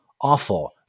awful